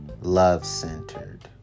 love-centered